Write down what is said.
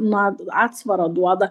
na atsvaro duoda